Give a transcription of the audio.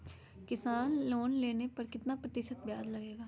किसान लोन लेने पर कितना प्रतिशत ब्याज लगेगा?